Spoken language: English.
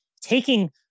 taking